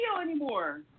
anymore